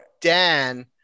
Dan